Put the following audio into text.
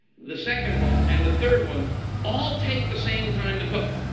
the second one, and the third one all take the same time to cook.